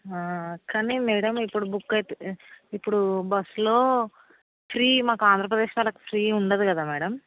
కానీ మ్యాడమ్ ఇప్పుడు బుక్ అయితే ఇప్పుడు బస్సులో ఫ్రీ మాకు ఆంధ్రప్రదేశ్ వాళ్ళకి ఫ్రీ ఉండదు కదా మ్యాడమ్